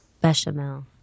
Bechamel